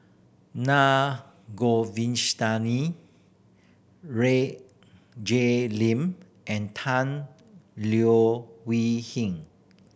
Naa Jay Lim and Tan Leo Wee Hin